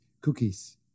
cookies